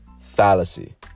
fallacy